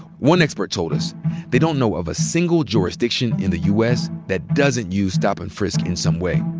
one expert told us they don't know of a single jurisdiction in the us that doesn't use stop and frisk in some way.